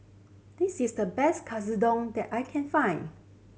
this is the best Katsudon that I can find